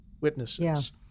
witnesses